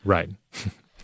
Right